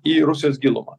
į rusijos gilumą